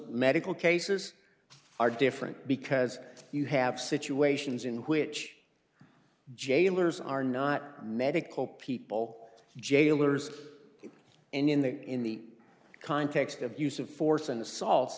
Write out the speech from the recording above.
medical cases are different because you have situations in which jailers are not medical people jailers and in the in the context of use of force